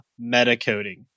metacoding